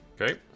Okay